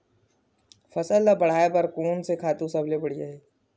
फसल ला बढ़ाए बर कोन से खातु सबले बढ़िया हे?